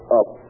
up